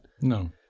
No